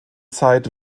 zeit